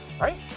right